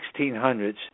1600s